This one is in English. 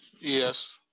Yes